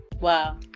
wow